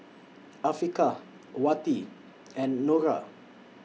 Afiqah Wati and Nura